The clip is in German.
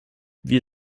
wir